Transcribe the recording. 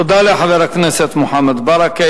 תודה לחבר הכנסת מוחמד ברכה.